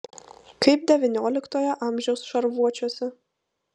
kaip devynioliktojo amžiaus šarvuočiuose